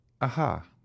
aha